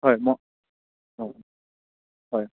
হয় মই অঁ হয়